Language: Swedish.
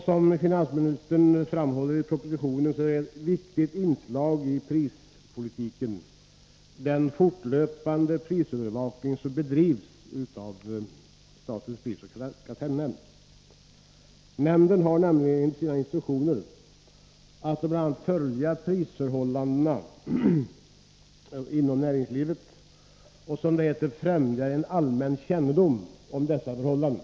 Som finansministern framhåller i propositionen är ett viktigt inslag i prispolitiken den fortlöpande prisövervakning som bedrivs av statens prisoch kartellnämnd. Nämnden skall enligt sina instruktioner bl.a. följa prisförhållandena inom näringslivet och, som det heter, främja allmän kännedom om dessa förhållanden.